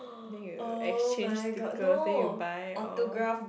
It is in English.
think you exchange stickers then you buy all